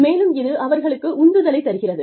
மேலும் இது அவர்களுக்கு உந்துதலை தருகிறது